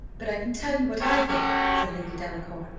but i can tell you what i think, said lady delacour,